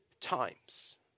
times